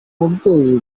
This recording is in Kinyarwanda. mubyeyi